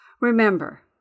Remember